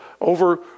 over